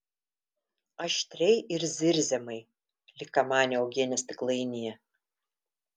aštriai ir zirziamai lyg kamanė uogienės stiklainyje